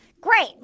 Great